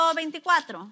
24